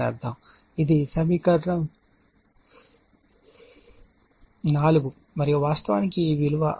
కాబట్టి ఇది సమీకరణం 4 మరియు వాస్తవానికి ఈ విలువ R